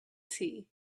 tea